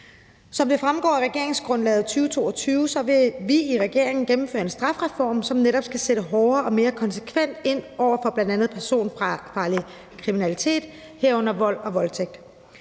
Som det fremgår af regeringsgrundlaget 2022, vil vi i regeringen gennemføre en strafreform, som netop skal sætte hårdere og mere konsekvent ind over for bl.a. personfarlig kriminalitet, herunder vold og voldtægt.